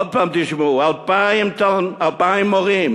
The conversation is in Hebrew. עוד פעם תשמעו: 2,000 מורים